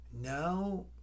Now